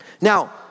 Now